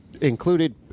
included